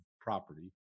property